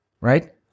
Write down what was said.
right